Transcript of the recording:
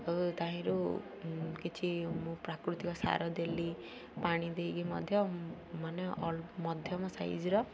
ଆଉ ତାହିଁରୁ କିଛି ମୁଁ ପ୍ରାକୃତିକ ସାର ଦେଲି ପାଣି ଦେଇକି ମଧ୍ୟ ମାନେ ମଧ୍ୟମ ସାଇଜ୍ର